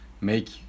make